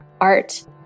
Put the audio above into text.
art